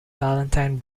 ballantine